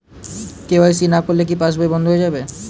KYC না করলে কি পাশবই বন্ধ হয়ে যাবে?